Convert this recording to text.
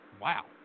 Wow